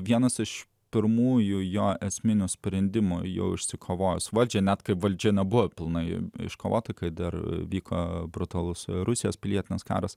vienas iš pirmųjų jo esminio sprendimo jo išsikovos valdžią net kai valdžia nebuvo pilnai iškovota kai dar vyko brutalus rusijos pilietinis karas